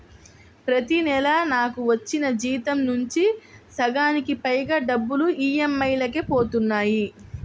ప్రతి నెలా నాకు వచ్చిన జీతం నుంచి సగానికి పైగా డబ్బులు ఈఎంఐలకే పోతన్నాయి